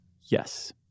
Yes